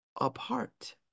apart